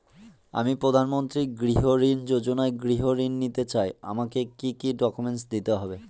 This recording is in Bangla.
আমি প্রধানমন্ত্রী গৃহ ঋণ যোজনায় গৃহ ঋণ নিতে চাই আমাকে কি কি ডকুমেন্টস দিতে হবে?